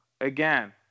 again